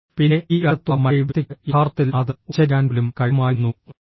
പിന്നെ ഈ അറ്റത്തുള്ള മറ്റേ വ്യക്തിക്ക് യഥാർത്ഥത്തിൽ അത് ഉച്ചരിക്കാൻ പോലും കഴിയുമായിരുന്നു എസ്